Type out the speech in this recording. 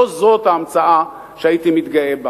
לא זאת ההמצאה שהייתי מתגאה בה.